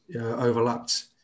overlapped